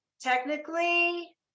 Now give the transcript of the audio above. technically